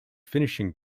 finishing